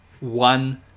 one